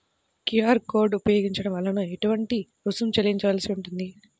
QR code ఉపయోగించటం వలన ఏటువంటి రుసుం చెల్లించవలసి ఉంటుంది?